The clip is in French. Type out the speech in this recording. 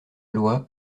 loi